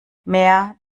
mehr